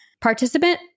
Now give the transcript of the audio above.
participant